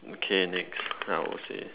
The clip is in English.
okay next I will say